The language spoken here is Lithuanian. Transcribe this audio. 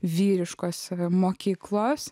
vyriškos mokyklos